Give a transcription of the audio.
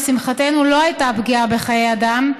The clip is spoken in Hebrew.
לשמחתנו לא הייתה פגיעה בחיי אדם,